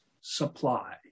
supply